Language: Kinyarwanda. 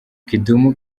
kidum